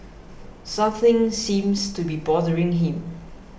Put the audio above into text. something seems to be bothering him